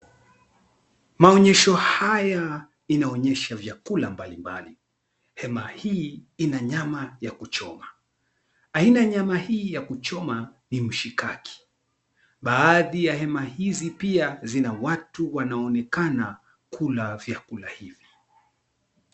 Maonyesho haya inaonyesha vyakula mbalimbali, hema hii ina nyama ya kuchoma. Aina ya nyama hii ya kuchoma ni mshikaki. Baadhi ya hema hizi pia zina watu wanaonekana kula vyakula hivi.